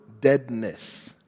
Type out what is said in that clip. deadness